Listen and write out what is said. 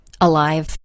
alive